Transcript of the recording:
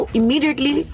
immediately